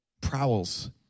prowls